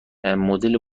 مدل